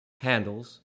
handles